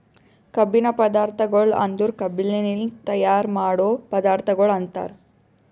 ಕಬ್ಬಿನ ಪದಾರ್ಥಗೊಳ್ ಅಂದುರ್ ಕಬ್ಬಿನಲಿಂತ್ ತೈಯಾರ್ ಮಾಡೋ ಪದಾರ್ಥಗೊಳ್ ಅಂತರ್